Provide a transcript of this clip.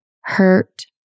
hurt